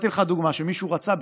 נתתי לך דוגמה שמישהו רצה,